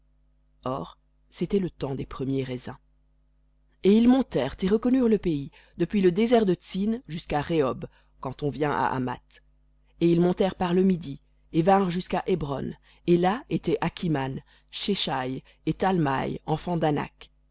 or c'était le temps des premiers raisins et ils montèrent et reconnurent le pays depuis le désert de tsin jusqu'à rehob quand on vient à hamath et ils montèrent par le midi et vinrent jusqu'à hébron et là étaient akhiman shéshaï et thalmaï